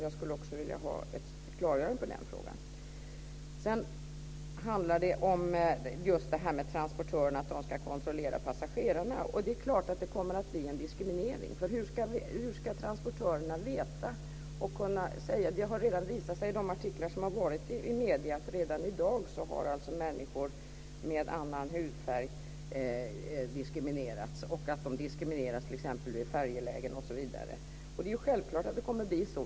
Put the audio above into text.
Jag skulle vilja ha ett klargörande i den frågan. Sedan handlar det om att transportörerna ska kontrollera passagerarna. Det är klart att det kommer att bli en diskriminering. Hur ska transportörerna veta det? Det har redan visat sig i artiklar i medier att redan i dag har människor med annan hudfärg diskriminerats, t.ex. vid färjelägen osv. Det är självklart att det kommer att bli så.